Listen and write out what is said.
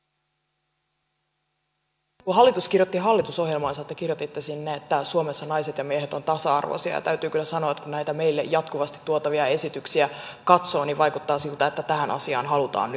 kun hallitus kirjoitti hallitusohjelmaansa te kirjoititte sinne että suomessa naiset ja miehet ovat tasa arvoisia ja täytyy kyllä sanoa että kun näitä meille jatkuvasti tuotavia esityksiä katsoo niin vaikuttaa siltä että tähän asiaan halutaan nyt muutos